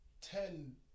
ten